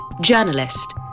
journalist